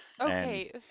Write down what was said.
okay